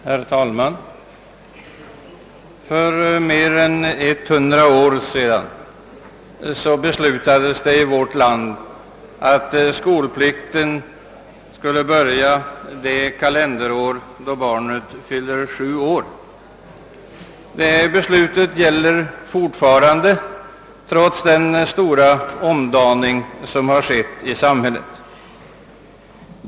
Herr talman! För mer än 100 år sedan beslutades att skolplikten i vårt land skulle börja det kalenderår då barnet fyller 7 år. Beslutet gäller fortfarande, trots den stora omdaning som har ägt rum i samhället.